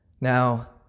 Now